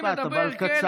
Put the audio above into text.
משפט, אבל קצר.